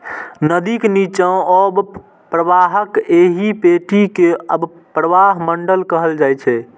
नदीक निच्चा अवप्रवाहक एहि पेटी कें अवप्रवाह मंडल कहल जाइ छै